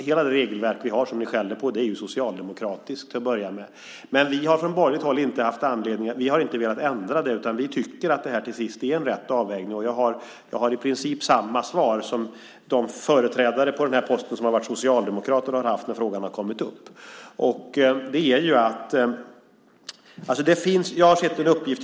Hela det regelverk vi har som ni skäller på är socialdemokratiskt till att börja med. Men vi har från borgerligt håll inte velat ändra det, utan vi tycker att det här till sist är en rätt avvägning. Jag har i princip samma svar som de företrädare på den här posten som har varit socialdemokrater har haft när frågan har kommit upp. Jag har sett en uppgift.